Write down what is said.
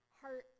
heart